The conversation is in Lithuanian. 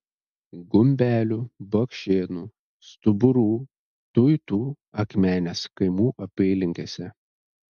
gumbelių bakšėnų stuburų tuitų akmenės kaimų apylinkėse